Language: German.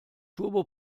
turbo